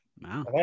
Wow